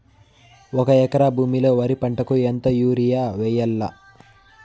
ఒక ఎకరా భూమిలో వరి పంటకు ఎంత యూరియ వేయల్లా?